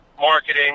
marketing